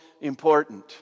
important